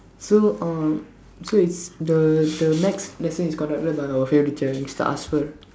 so uh so it's the the next lesson is conducted by our favorite teacher Mister Asfer